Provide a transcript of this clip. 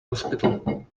hospital